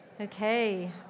Okay